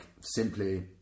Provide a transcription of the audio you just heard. simply